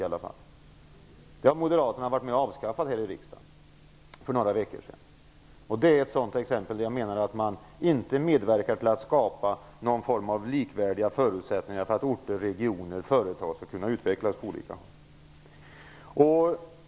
Moderaterna var för några veckor sedan här i riksdagen med om att avskaffa det anslaget. Det är ett exempel på att man inte medverkar till att skapa någon form av likvärdiga förutsättningar för att orter, regioner och företag skall kunna utvecklas på olika håll.